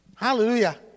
Hallelujah